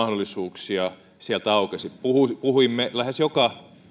paljon yhteistyömahdollisuuksia sieltä aukesi puhuimme puhuimme lähes joka